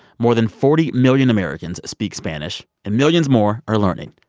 more than forty million americans speak spanish, and millions more are learning.